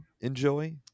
enjoy